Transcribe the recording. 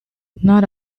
not